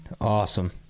Awesome